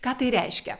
ką tai reiškia